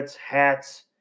hats